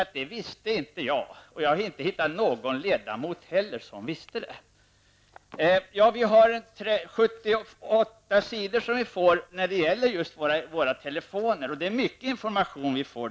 Men jag visste inte det. Och jag har inte heller hittat någon annan ledamot som visste det. Vi får en telefonkatalog som innehåller 78 sidor. I den får vi mycket information.